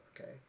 Okay